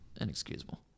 Inexcusable